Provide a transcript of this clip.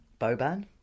Boban